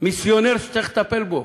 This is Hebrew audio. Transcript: "מיסיונר שצריך לטפל בו"